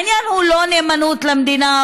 העניין הוא לא נאמנות למדינה,